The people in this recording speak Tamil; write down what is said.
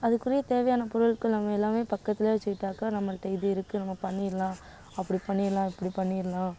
அதுக்குரிய தேவையான பொருட்கள் நம்ம எல்லாமே பக்கத்திலே வச்சிக்கிட்டாக்கா நம்மகிட்ட இது இருக்குது நம்ம பண்ணிடலாம் அப்படி பண்ணிடலாம் இப்படி பண்ணிடலாம்